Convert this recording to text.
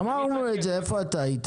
אמרנו את זה, איפה היית?